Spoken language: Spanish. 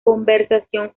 conversación